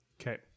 Okay